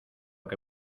que